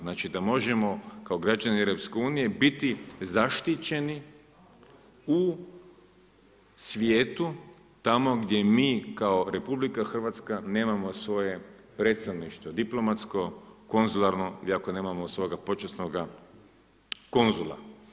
Znači da možemo kao građani EU-a biti zaštićeni u svijetu, tamo gdje mi kao RH nemamo svoje predstavništvo diplomatsko, konzularno ili ako nemamo svoga počasnoga konzula.